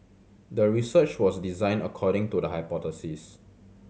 the research was designed according to the hypothesis